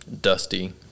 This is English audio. dusty